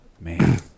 Man